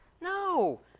No